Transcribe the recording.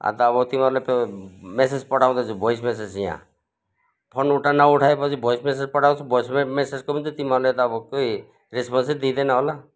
अन्त अब तिमीहरूलाई त्यो मेसेज पठाउँदैछु भोइस मेसेज यहाँ फोन उठा नउठाएपछि भोइस मेसेज पठाउँछु भोइस मेसेजको पनि त तिमीहरूले त अब केही रेस्पोन्सै दिँदैन होला